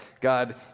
God